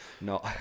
No